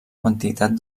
quantitat